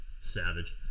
Savage